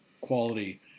quality